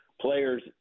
players